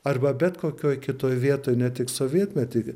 arba bet kokioj kitoj vietoj ne tik sovietmety